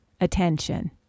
attention